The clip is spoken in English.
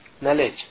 knowledge